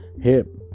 hip